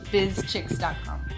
BizChicks.com